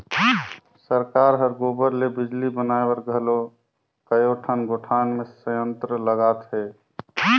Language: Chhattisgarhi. सरकार हर गोबर ले बिजली बनाए बर घलो कयोठन गोठान मे संयंत्र लगात हे